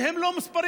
והם לא מִספרים.